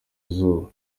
izuba